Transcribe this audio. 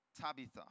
Tabitha